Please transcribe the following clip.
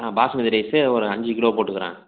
ஆ basmati rice ஒரு அஞ்சு kilo போட்டுக்கிறேன்